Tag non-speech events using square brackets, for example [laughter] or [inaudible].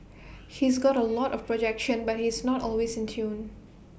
he's got [noise] A lot of projection but he's not always in tune